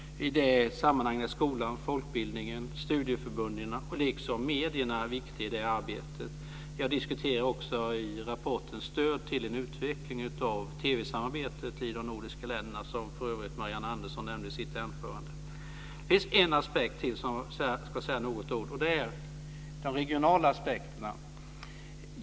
I det arbetet är skolan, folkbildningen, studieförbunden liksom medierna viktiga. Jag diskuterar också i rapporten stöd till en utveckling av TV-samarbetet i de nordiska länderna, som för övrigt Marianne Andersson nämnde i sitt anförande. Det finns en sak till som jag vill säga några ord om. Det är de regionala aspekterna.